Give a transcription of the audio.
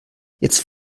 jetzt